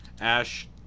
Ash